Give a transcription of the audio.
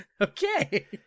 Okay